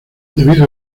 debido